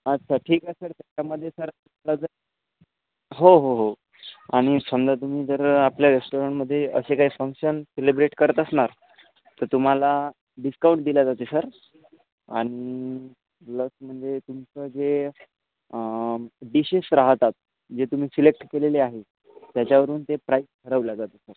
अच्छा ठीक आहे सर त्याच्यामध्ये सर हो हो हो आणि समजा तुम्ही जर आपल्या रेस्टॉरंटमध्ये असे काही फंक्शन सिलिब्रेट करत असणार तर तुम्हाला डिस्काउंट दिला जाते सर आणि प्लस म्हणजे तुमचं जे डिशेस राहतात जे तुम्ही सिलेक्ट केलेले आहे त्याच्यावरून ते प्राईज ठरवलं जाते